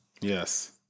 Yes